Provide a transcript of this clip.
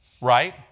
Right